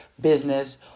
business